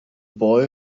boy